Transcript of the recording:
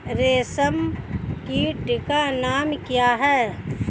रेशम कीट का नाम क्या है?